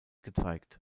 gezeigt